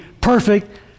perfect